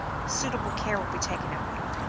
suitable care will be taken of you.